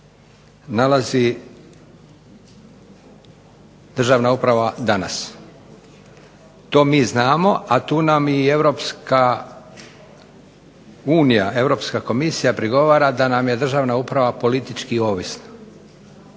nalazi državna uprava danas. To mi znamo, a tu nam i Europska unija, Europska Komisija prigovara da nam je državna uprava politički ovisna,